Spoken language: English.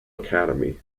academy